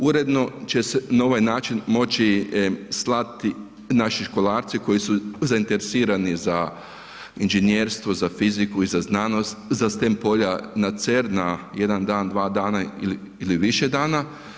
Uredno će se na ovaj način moći slati naši školarci koji su zainteresirani za inženjerstvo, za fiziku i za znanost, za stem polja, na CERN na jedan dan, dva dana ili više dana.